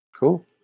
Cool